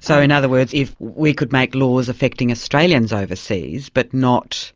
so in other words if we could make laws affecting australians overseas but not